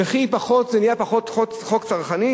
וכי זה נהיה חוק פחות צרכני?